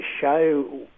show